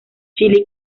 chile